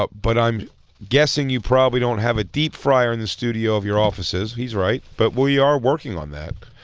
but but i'm guessing you probably don't have a deep fryer in the studio of your offices. he's right, but we are working on that.